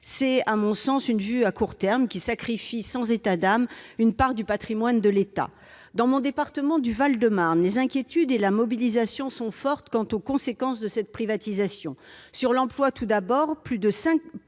sens, c'est une vue de court terme qui sacrifie sans états d'âme une part du patrimoine de l'État. Dans mon département, le Val-de-Marne, les inquiétudes et la mobilisation sont fortes quant aux conséquences de cette privatisation. Conséquences sur l'emploi tout d'abord : plus de 28